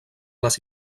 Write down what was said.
les